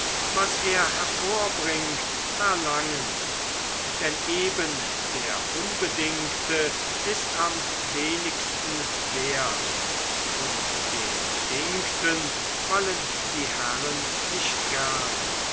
was er hervorbringt verlangen denn eben der unbedingte ist am wenigsten wert und den bedingten wollen die herren nicht gerne